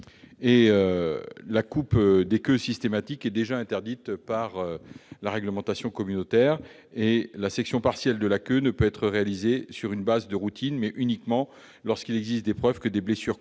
La coupe systématique des queues est déjà interdite par la réglementation communautaire : la section partielle de la queue peut être réalisée, non sur une base de routine, « mais uniquement lorsqu'il existe des preuves que des blessures